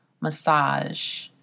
massage